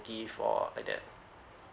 give or like that